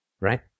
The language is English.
right